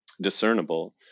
discernible